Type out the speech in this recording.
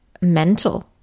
mental